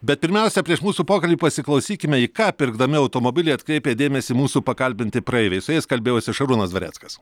bet pirmiausia prieš mūsų pokalbį pasiklausykime į ką pirkdami automobilį atkreipia dėmesį mūsų pakalbinti praeiviai su jais kalbėjosi šarūnas dvareckas